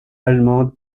allemande